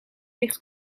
ligt